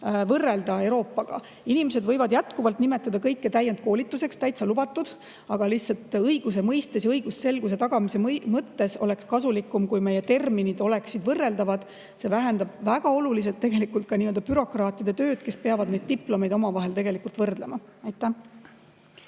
võrrelda Euroopa omadega. Inimesed võivad jätkuvalt nimetada kõike täiendkoolituseks, täitsa lubatud, aga lihtsalt õigusselguse tagamise mõttes oleks kasulik, kui meie terminid oleksid võrreldavad. See vähendab väga oluliselt ka nii-öelda bürokraatide tööd, kes peavad neid diplomeid omavahel võrdlema. Urve